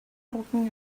talking